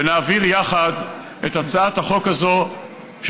ונעביר יחד את הצעת החוק הזאת,